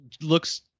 looks